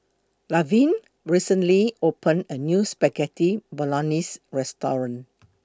Lavern recently opened A New Spaghetti Bolognese Restaurant